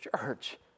church